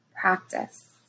practice